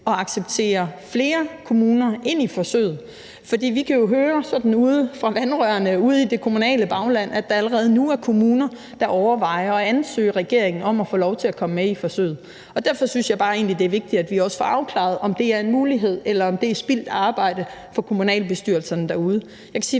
at acceptere flere kommuner end i forsøget. For vi kan jo høre – sådan på vandrørene ude i det kommunale bagland – at der allerede nu er kommuner, der overvejer at ansøge regeringen om at få lov til at komme med i forsøget. Og derfor synes jeg egentlig bare det er vigtigt, at vi også får afklaret, om det er en mulighed, eller om det er spildt arbejde for kommunalbestyrelserne derude.